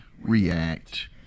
react